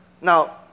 Now